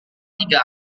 tiga